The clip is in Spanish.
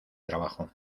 trabajo